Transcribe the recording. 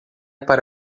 para